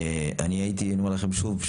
אני הייתי אומר לכם שוב,